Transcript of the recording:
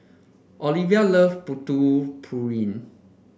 Oliva love Putu Piring